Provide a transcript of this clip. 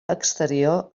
exterior